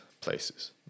places